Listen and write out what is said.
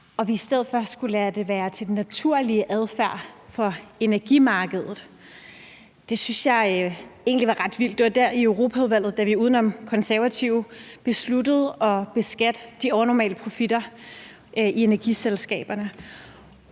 at vi i stedet for skulle overlade det til den naturlige adfærd på energimarkedet. Det syntes jeg egentlig var ret vildt. Det var der, hvor vi i Europaudvalget uden om Konservative besluttede at beskatte de overnormale profitter i energiselskaberne.